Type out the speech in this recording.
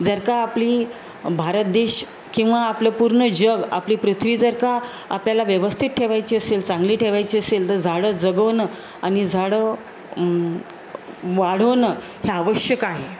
जर का आपली भारत देश किंवा आपलं पूर्ण जग आपली पृथ्वी जर का आपल्याला व्यवस्थित ठेवायची असेल चांगली ठेवायची असेल तर झाडं जगवणं आणि झाडं वाढवणं हे आवश्यक आहे